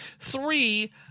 Three